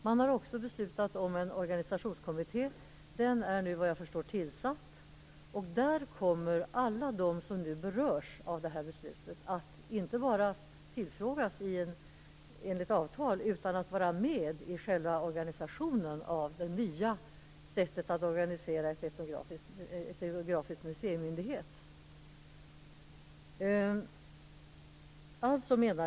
Man har också beslutat om en organisationskommitté, och såvitt jag förstår är denna nu tillsatt. Där kommer alla som berörs av beslutet att, inte bara tillfrågas enligt avtal utan de skall också vara med i arbetet med att organisera en myndighet för det etnografiska museet.